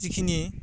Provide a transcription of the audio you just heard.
जिखिनि